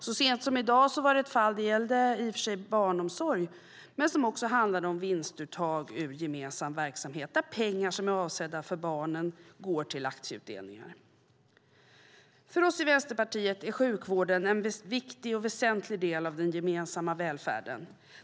Så sent som i dag var det ett fall, som i och för sig gällde barnomsorg men som också handlade om vinstuttag ur gemensam verksamhet, där pengar som är avsedda för barnen går till aktieutdelningar. För oss i Vänsterpartiet är sjukvården en viktig och väsentlig del av den gemensamma välfärden.